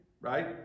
right